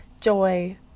joy